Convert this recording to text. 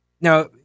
Now